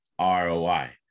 ROI